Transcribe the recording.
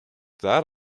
that